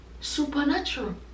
supernatural